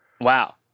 wow